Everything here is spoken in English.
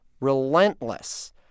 relentless